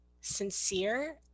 sincere